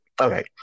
okay